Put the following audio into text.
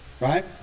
right